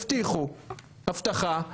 הבטיחו הבטחה,